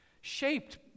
shaped